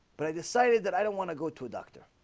but i decided that i don't want to go to a doctor